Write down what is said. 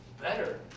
better